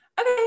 Okay